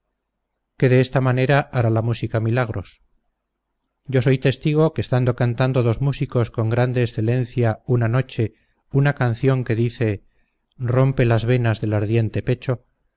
que de esta manera hará la música milagros yo soy testigo que estando cantando dos músicos con grande excelencia una noche una canción que dice fue tanta la pasión y accidente